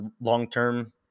long-term